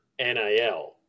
NIL